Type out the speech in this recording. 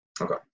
Okay